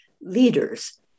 leaders